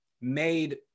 made